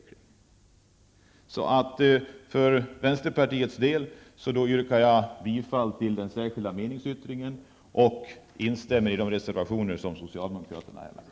För vänsterpartiets del yrkar jag bifall till den särskilda meningsyttringen från vänsterpartiet och instämmer i de reservationer som socialdemokraterna avgett.